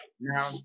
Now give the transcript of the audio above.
Now